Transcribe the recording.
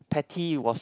patty was